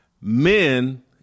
men